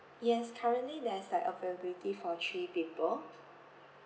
yes currently there's like availability for three people